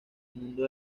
mundo